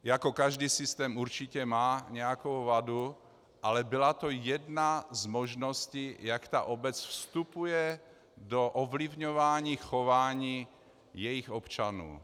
Jako každý systém určitě má nějakou vadu, ale byla to jedna z možností, jak obec vstupuje do ovlivňování chování jejích občanů.